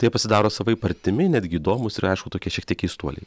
tai jie pasidaro savaip artimi netgi įdomūs ir aišku tokie šiek tiek keistuoliai